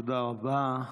תודה רבה.